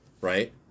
right